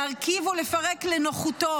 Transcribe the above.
להרכיב ולפרק לנוחותו,